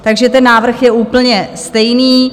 Takže ten návrh je úplně stejný.